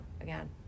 again